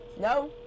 No